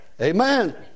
Amen